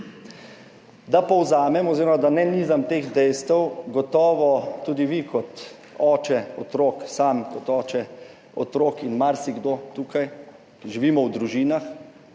Da povzamem oziroma, da ne nizam teh dejstev, gotovo tudi vi kot oče otrok, sam kot oče otrok in marsikdo tukaj, ki živimo v družinah,